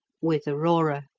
with aurora.